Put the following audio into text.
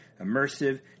immersive